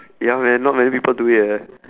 ya man not many people do it eh